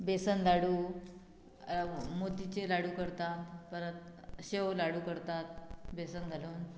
बेसन लाडू मोतीचे लाडू करतात परत शेव लाडू करतात बेसन घालून